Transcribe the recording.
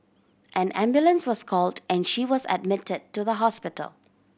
an ambulance was called and she was admitted to the hospital